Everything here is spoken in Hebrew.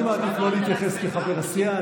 אני מעדיף לא להתייחס, כחבר הסיעה.